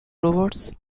robots